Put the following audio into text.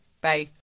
Bye